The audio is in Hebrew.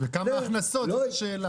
וכמה הכנסות, זאת השאלה.